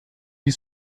die